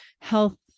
health